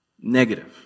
negative